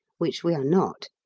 which we are not.